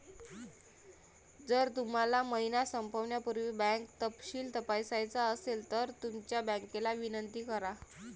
जर तुम्हाला महिना संपण्यापूर्वी बँक तपशील तपासायचा असेल तर तुमच्या बँकेला विनंती करा